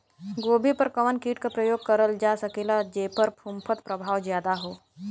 गोभी पर कवन कीट क प्रयोग करल जा सकेला जेपर फूंफद प्रभाव ज्यादा हो?